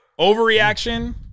Overreaction